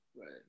right